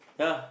yeah